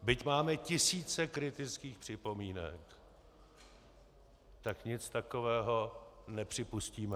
Byť máme tisíce kritických připomínek, tak nic takového nepřipustíme.